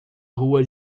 rua